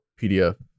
PDF